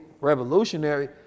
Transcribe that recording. revolutionary